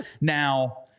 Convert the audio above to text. Now